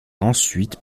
ensuite